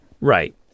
Right